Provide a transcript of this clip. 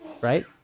Right